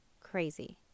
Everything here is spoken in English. Crazy